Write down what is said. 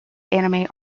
anime